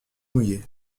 mouillé